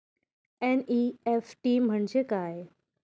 NEFT म्हणजे काय?